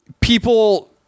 people